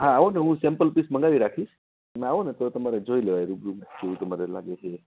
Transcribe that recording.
હા આવોને હું સેમ્પલ પીસ મંગાવી રાખીશ તમે આવોને તો તમારે જોઈ લેવાય રૂબરૂ જેવું તમારે લાગે છે એ